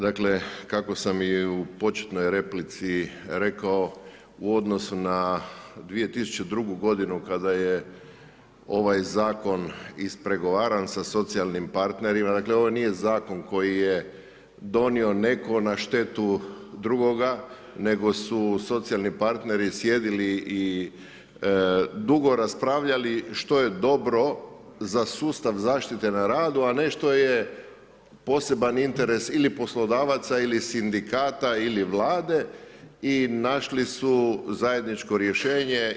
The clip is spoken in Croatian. Dakle, kako sam i u početnoj replici rekao u odnosu na 2002. godinu kada je ovaj Zakon ispregovaran sa socijalnim partnerima, dakle, ovo nije zakon koji je donio netko na štetu drugoga, nego su socijalni partneri sjedili i dugo raspravljali što je dobro za sustav zaštite na radu a ne što je poseban interes ili poslodavaca, ili sindikata ili Vlade i našli su zajedničko rješenje.